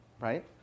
right